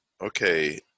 Okay